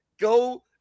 go